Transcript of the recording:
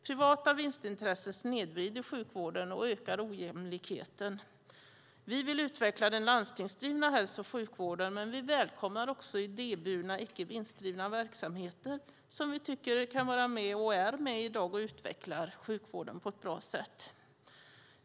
Privata vinstintressen snedvrider sjukvården och ökar ojämlikheten. Vi vill utveckla den landstingsdrivna hälso och sjukvården. Men vi välkomnar också idéburna icke vinstdrivna verksamheter som vi tycker kan vara med och som också är med i dag och utvecklar sjukvården på ett bra sätt.